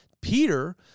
Peter